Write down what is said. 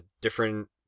different